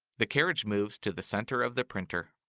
the carriage moves to the center of the printer.